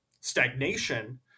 stagnation